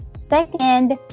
Second